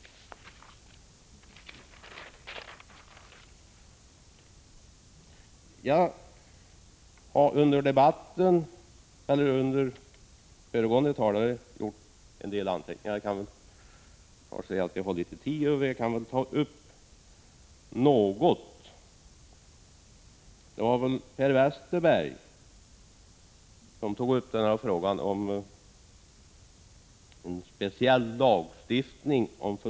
Under debatten har jag gjort en del anteckningar, och jag skall ta upp något av vad de föregående talarna har sagt. Det var väl Per Westerberg som talade om en speciell lagstiftning om Prot.